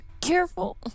Careful